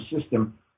system